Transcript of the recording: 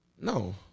No